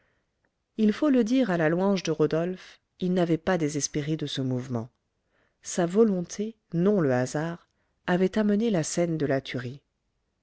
il faut le dire à la louange de rodolphe il n'avait pas désespéré de ce mouvement sa volonté non le hasard avait amené la scène de la tuerie